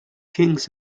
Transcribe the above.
kings